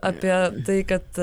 apie tai kad